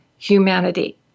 humanity